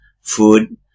food